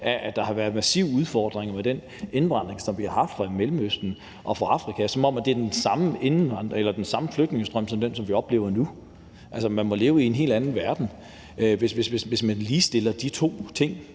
at der har været massive udfordringer med den indvandring, som vi har haft fra Mellemøsten og Afrika. Det er, som om det er den samme flygtningestrøm som den, vi oplever nu. Altså, man må leve i en helt anden verden, hvis man ligestiller de to ting.